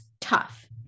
tough